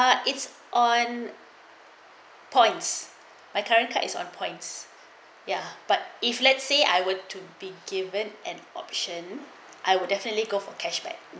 ah it's on points by current card is on points ya but if let's say I were to be given an option I would definitely go for cashback